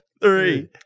three